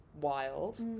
wild